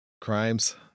crimes